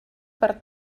per